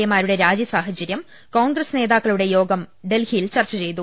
എമാരുടെ രാജി സാഹചര്യം കോൺഗ്രസ് നേതാക്കളുടെ യോഗം ഡൽഹിയിൽ ചർച്ച ചെയ്തു